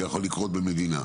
שיכולים לקרות במדינה.